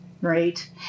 right